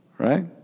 right